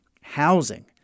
housing